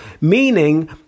Meaning